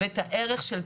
את הערך של ציונות.